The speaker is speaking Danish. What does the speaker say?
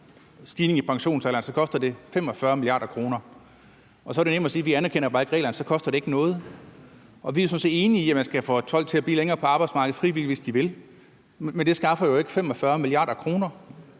stigningen i pensionsalder, koster det 45 mia. kr., og så er det jo nemt at sige: Vi anerkender bare ikke reglerne – så koster det ikke noget. Vi er sådan set enige i, at man skal få folk til at blive længere på arbejdsmarkedet frivilligt, hvis de vil, men det skaffer jo ikke 45 mia. kr.